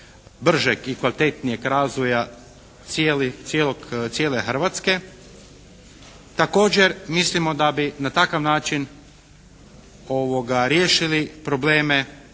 bržeg i kvalitetnijeg razvoja cijeli, cijelog, cijele Hrvatske. Također mislimo da bi na takav način riješili probleme